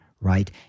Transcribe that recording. right